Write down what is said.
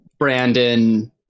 Brandon